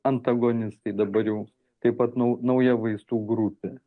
antagonistai dabar jau taip pat nau nauja vaistų grupė